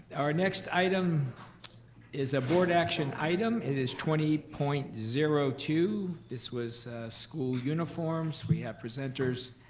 our next item is a board action item, it is twenty point zero two. this was school uniforms. we have presenters,